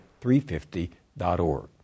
350.org